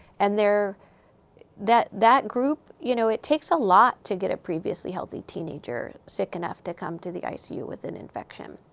and that that group, you know, it takes a lot to get a previously healthy teenager sick enough to come to the icu with an infection.